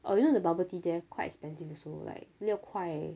oh you know the bubble tea there quite expensive also like 六块